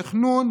תכנון,